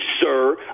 sir